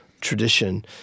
tradition